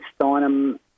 Steinem